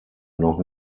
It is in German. noch